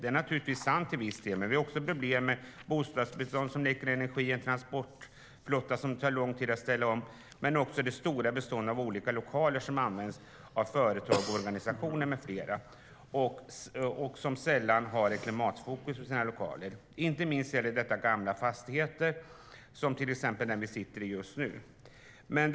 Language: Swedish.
Det är naturligtvis till viss del sant, men vi har samtidigt problem med ett bostadsbestånd som läcker energi, en transportflotta som det tar lång tid att ställa om och dessutom det stora beståndet av olika lokaler som används av företag, organisationer med flera, vilka sällan har ett klimatfokus för sina lokaler. Inte minst gäller det gamla fastigheter, till exempel dem som vi just nu sitter i.